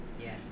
Yes